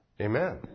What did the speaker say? Amen